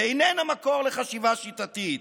ואיננה מקור לחשיבה שיטתית.